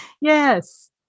yes